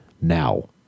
now